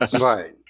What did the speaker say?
Right